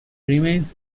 remains